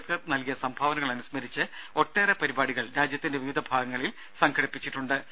അംബേദ്കർ നൽകിയ സംഭാവനകൾ അനുസ്മരിച്ച് ഒട്ടേറെ പരിപാടികൾ രാജ്യത്തിന്റെ വിവിധ ഭാഗങ്ങളിൽ സംഘടിപ്പിച്ചിട്ടുണ്ട്